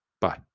Bye